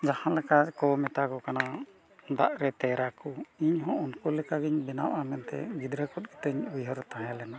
ᱡᱟᱦᱟᱸ ᱞᱮᱠᱟ ᱠᱚ ᱢᱮᱛᱟ ᱠᱚ ᱠᱟᱱᱟ ᱫᱟᱜᱨᱮ ᱛᱮᱭᱨ ᱟᱠᱚ ᱤᱧᱦᱚᱸ ᱩᱱᱠᱩ ᱞᱮᱠᱟᱜᱮᱧ ᱵᱮᱱᱟᱜᱼᱟ ᱢᱮᱱᱛᱮ ᱜᱤᱫᱽᱨᱟᱹ ᱠᱷᱚᱡ ᱜᱮᱛᱚᱧ ᱩᱭᱦᱟᱹᱨᱮ ᱛᱟᱦᱮᱸ ᱞᱮᱱᱟ